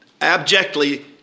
abjectly